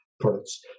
products